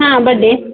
ಹಾಂ ಬಡ್ಡಿ